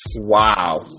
Wow